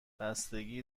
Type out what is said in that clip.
بستگی